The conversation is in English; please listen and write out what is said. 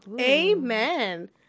Amen